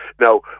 Now